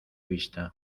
vista